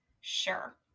Sure